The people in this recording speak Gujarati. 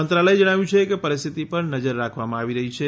મંત્રાલયે જણાવ્યું છે કે પરિસ્થિતિ પર નજર રાખવામાં આવી રહી છે